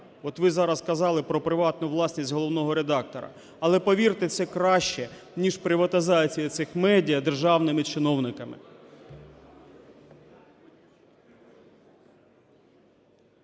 От ви зараз казали про приватну власність головного редактора. Але повірте, це краще ніж приватизація цих медіа державними чиновниками.